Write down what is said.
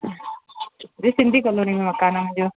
एॾे सिंधी कॉलोनीअ में मकान आहे मुंहिंजो